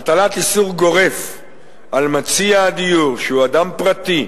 הטלת איסור גורף על מציע הדיור, שהוא אדם פרטי,